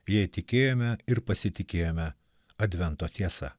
jei tikėjome ir pasitikėjome advento tiesa